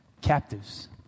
Captives